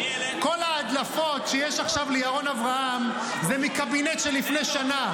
כל ההדלפות שיש עכשיו לירון אברהם זה מהקבינט של לפני שנה.